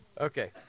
Okay